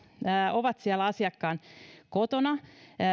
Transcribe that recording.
ovat siellä asiakkaan kotona